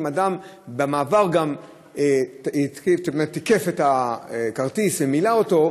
אם אדם במעבר גם תיקף את הכרטיס ומילא אותו,